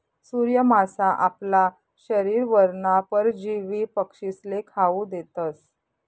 सूर्य मासा आपला शरीरवरना परजीवी पक्षीस्ले खावू देतस